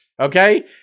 okay